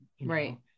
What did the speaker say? Right